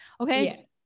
Okay